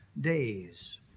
days